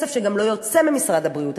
כסף שלא יוצא ממשרד הבריאות,